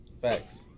Facts